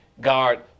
guard